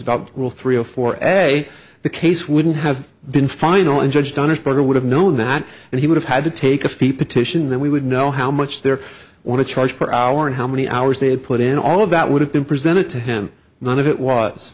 about rule three or four essay the case wouldn't have been final and judge dunnage brother would have known that and he would have had to take a fee petition then we would know how much their want to charge per hour and how many hours they had put in all of that would have been presented to him none of it was